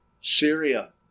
Syria